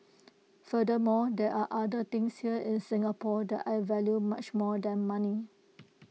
furthermore there are other things here in Singapore that I value much more than money